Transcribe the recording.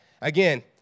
Again